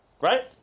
Right